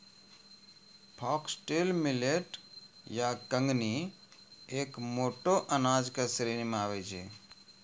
foxtail millet या कंगनी एक मोटो अनाज के श्रेणी मॅ आबै छै